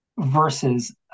versus